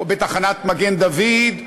או בתחנת מגן-דוד-אדום,